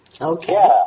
Okay